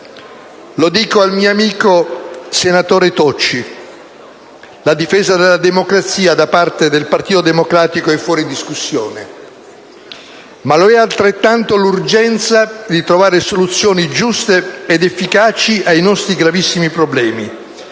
Lo dico al mio amico senatore Tocci: la difesa della democrazia da parte del Partito Democratico è fuori discussione. Ma lo è altrettanto l'urgenza di trovare soluzioni giuste ed efficaci ai nostri gravissimi problemi.